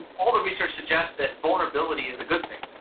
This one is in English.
and all the research suggests that vulnerability is a good thing,